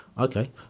okay